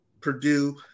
Purdue